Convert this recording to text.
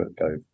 go